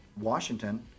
Washington